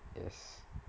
yes